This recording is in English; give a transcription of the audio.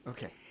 Okay